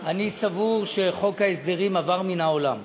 אני סבור שחוק ההסדרים עבר מן העולם.